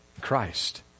Christ